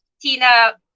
Tina